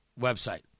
website